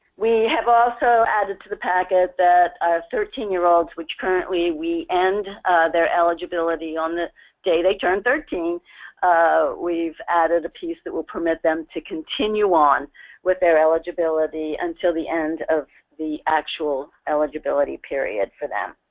we have also added to the packet that thirteen year olds which currently we end their eligibility on the day they turn thirteen we've added a piece that would permit them to continue on with their eligibility until the end of the actual eligibility period for them.